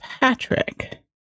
patrick